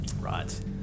Right